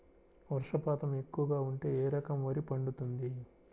వర్షపాతం ఎక్కువగా ఉంటే ఏ రకం వరి పండుతుంది?